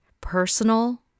personal